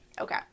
Okay